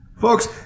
folks